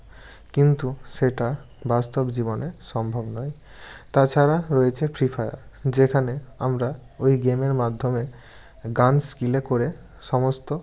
কিন্তু সেটা বাস্তব জীবনে সম্ভব নয় তাছাড়া রয়েছে ফ্রি ফায়ার যেখানে আমরা ওই গেমের মাধ্যমে গান স্কিলে করে সমস্ত